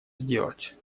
сделать